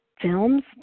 Films